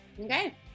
Okay